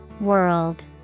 World